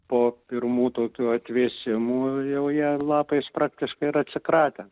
po pirmų tokių atvėsimų jau jie lapais praktiškai yra atsikratę